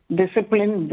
discipline